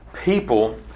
people